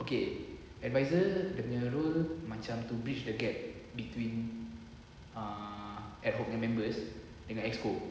okay advisor dia nya role macam to breach the gap between uh ad hoc members dengan exco